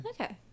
okay